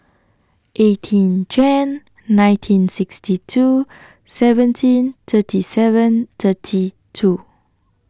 eighteen Jan nineteen sixty two seventeen thirty seven thirty two